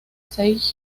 seis